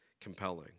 compelling